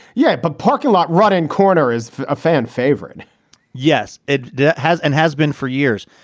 yeah but parking lot, rotten corner is a fan favorite yes, it has and has been for years.